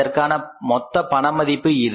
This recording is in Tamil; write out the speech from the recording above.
அதற்கான மொத்த பண மதிப்பு இது